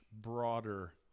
broader